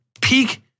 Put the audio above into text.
Peak